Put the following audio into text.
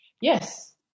Yes